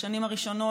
בשנים הראשונות,